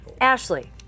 Ashley